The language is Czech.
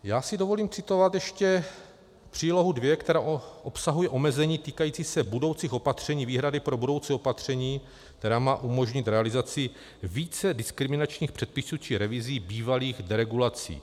Já si dovolím citovat ještě přílohu 2, která obsahuje omezení týkající se budoucích opatření výhrady pro budoucí opatření, která má umožnit realizaci více diskriminačních předpisů či revizí bývalých deregulací.